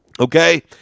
Okay